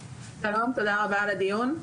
שלום, תודה רבה על הדיון.